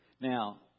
Now